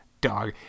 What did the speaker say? Dog